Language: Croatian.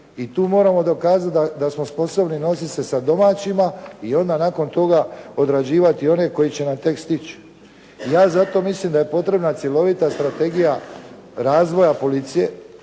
i tu moramo dokazati da smo sposobni nositi se sa domaćima i onda nakon toga odrađivati one koji će nam tek stići. Ja zato mislim da je potrebna cjelovita strategija razvoja policije,